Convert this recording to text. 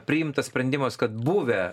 priimtas sprendimas kad buvę